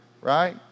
right